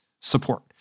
support